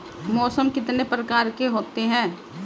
मौसम कितने प्रकार के होते हैं?